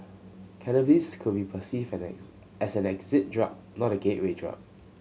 cannabis could be perceived as an exit drug not a gateway drug